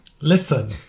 Listen